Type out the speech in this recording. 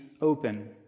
open